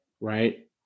right